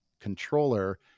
controller